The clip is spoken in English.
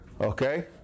Okay